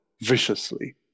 viciously